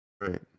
right